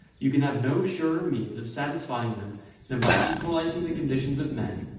you can have no surer means of satisfying them than by equalizing the conditions of men,